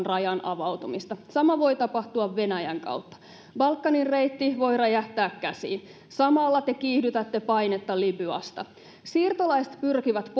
rajan avautumista sama voi tapahtua venäjän kautta balkanin reitti voi räjähtää käsiin samalla te kiihdytätte painetta libyasta siirtolaiset pyrkivät